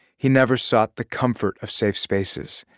he never sought the comfort of safe spaces.